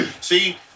See